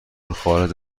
خارج